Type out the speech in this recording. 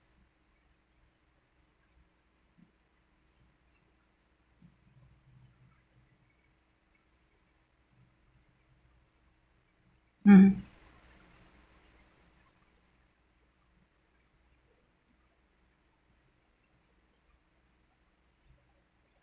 mmhmm